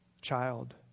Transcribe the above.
child